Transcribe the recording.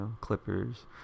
Clippers